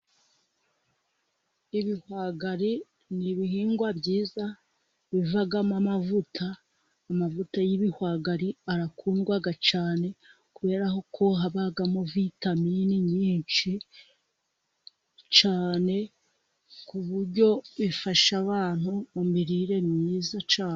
Ibihwagari n'ibihingwa byiza bivamo amavuta, amavuta y'ibihwagari arakundwaga cyane kubera ko habagamo vitaminini nyinshi cyane ku buryo bifasha abantu mu mirire myiza cyane.